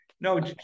no